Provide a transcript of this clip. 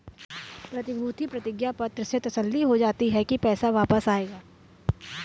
प्रतिभूति प्रतिज्ञा पत्र से तसल्ली हो जाती है की पैसा वापस आएगा